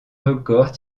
records